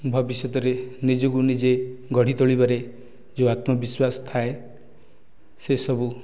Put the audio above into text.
ଭବିଷ୍ୟତରେ ନିଜକୁ ନିଜେ ଗଢ଼ି ତୋଳିବାରେ ଯେଉଁ ଆତ୍ମବିଶ୍ୱାସ ଥାଏ ସେସବୁ